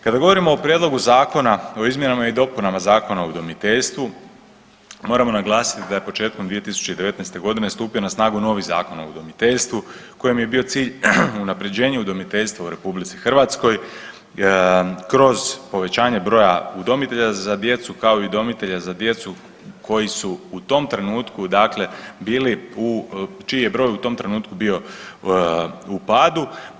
Kada govorimo o Prijedlogu zakona o izmjenama i dopunama Zakona o udomiteljstvu moramo naglasiti da je početkom 2019. godine stupio na snagu novi Zakon o udomiteljstvu kojem je bio cilj unapređenje udomiteljstva u RH kroz povećanje broja udomitelja za djecu kao i udomitelja za djecu koji su u tom trenutku, dakle bili, čiji je broj u tom trenutku bio u padu.